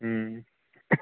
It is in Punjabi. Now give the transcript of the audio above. ਹੂੰ